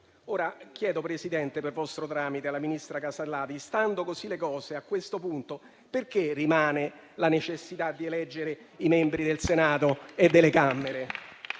Ora chiedo, signor Presidente, per vostro tramite, alla ministra Casellati, stando così le cose, perché rimane la necessità di eleggere i membri del Senato e delle Camere.